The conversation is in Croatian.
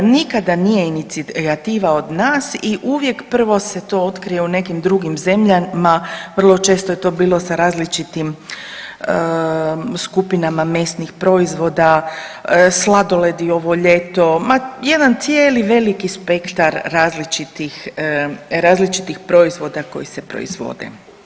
Nikada nije inicijativa od nas i uvijek prvo se to otkrije u nekim drugim zemljama, vrlo često je to bilo sa različitim skupinama mesnih proizvoda, sladoledi ovo ljeto, ma jedan cijeli veliki spektar različitih proizvoda koji se proizvode.